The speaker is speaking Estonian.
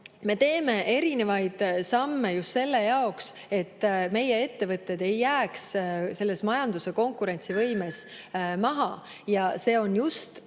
Me teeme erinevaid samme just selle jaoks, et meie ettevõtted ei jääks selles majanduse konkurentsivõimes maha. See on just